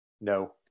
no